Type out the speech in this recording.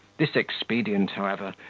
this expedient, however,